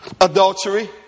adultery